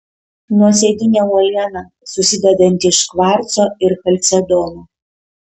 nuosėdinė uoliena susidedanti iš kvarco ir chalcedono